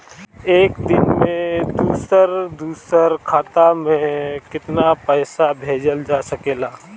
एक दिन में दूसर दूसर खाता में केतना पईसा भेजल जा सेकला?